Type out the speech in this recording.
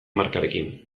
markarekin